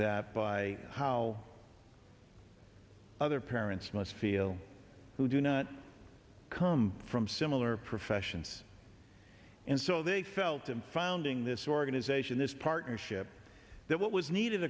that by how other parents must feel who do not come from similar professions and so they felt in founding this organization this partnership that what was needed